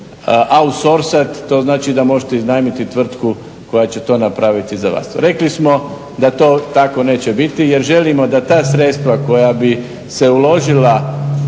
autsorsat, to znači da možete iznajmiti tvrtku koja će to napraviti za vas. Rekli samo da to tako neće biti jer želimo da ta sredstva koja bi se uložila